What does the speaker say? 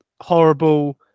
horrible